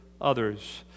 others